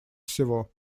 всего